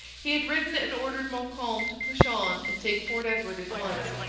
he had written and ordered montcalm to push on and take fort edward at once.